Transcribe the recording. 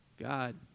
God